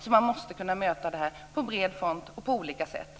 Vi måste kunna möta detta på bred front och på olika sätt.